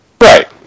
Right